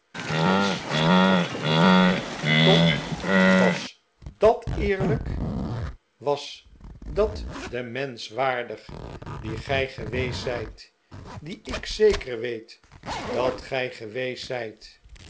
was dat oprecht tom was dat eerlijk was dat den mensch waardig dien gij geweest zijt dien ik zeker weet dat gij geweest zijt